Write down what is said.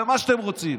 במה שאתם רוצים.